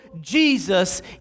Jesus